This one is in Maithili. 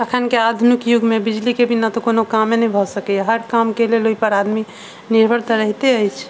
अखन के आधुनिक युग मे बिजली के बिना तऽ कोनो कामे नहि भऽ सकैया हर काम के लेल ओहि पर आदमी निर्भर तऽ रहिते अछि